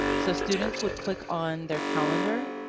so, students would click on their calendar,